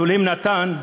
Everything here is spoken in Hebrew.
שאלוהים נתן,